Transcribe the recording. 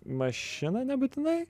mašiną nebūtinai